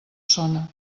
sona